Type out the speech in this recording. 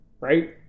right